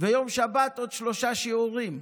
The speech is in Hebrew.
ביום שבת עוד שלושה שיעורים.